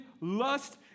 lust